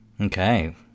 Okay